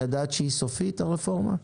ידעת שהרפורמה היא סופית?